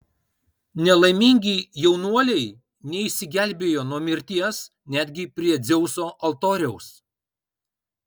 nelaimingi jaunuoliai neišsigelbėjo nuo mirties netgi prie dzeuso altoriaus